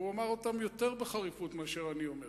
הוא אמר אותם יותר בחריפות מאשר אני אומר.